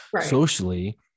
socially